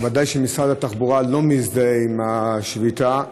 ודאי שמשרד התחבורה לא מזדהה עם השביתה.